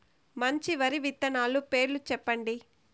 మంచి వరి విత్తనాలు పేర్లు చెప్పండి?